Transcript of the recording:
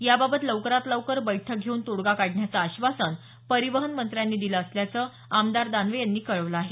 याबाबत लवकरात लवकर बैठक घेऊन तोडगा काढण्याचं आश्वासन परिवहन मंत्र्यांनी दिलं असल्याचं आमदार दानवे यांनी कळवलं आहे